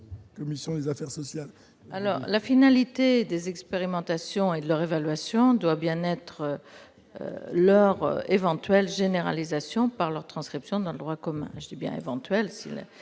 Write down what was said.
La finalité des expérimentations et de leur évaluation doit bien être leur éventuelle généralisation, par leur transcription dans le droit commun.